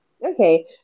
Okay